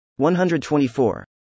124